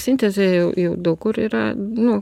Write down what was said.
sintezė jau jau daug kur yra nu